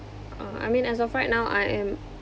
uh I mean as of right now I am